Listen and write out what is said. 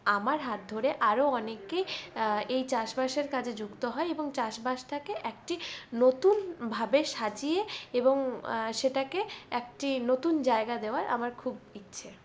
আমার হাত ধরে আরও অনেককে এই চাষ বাসের কাজে যুক্ত হয় এবং চাষ বাসটাকে একটি নতুন ভাবে সাজিয়ে এবং সেটাকে সেটাকে একটি নতুন জায়গা দেওয়ার আমার খুব ইচ্ছে